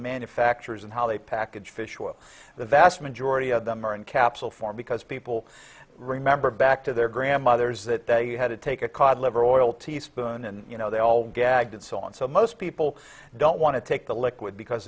manufacturers and how they package fish oil the vast majority of them are in capsule form because people remember back to their grandmothers that they had to take a cod liver oil teaspoon and you know they all gagged and so on so most people don't want to take the liquid because